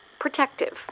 protective